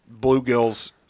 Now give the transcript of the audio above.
Bluegill's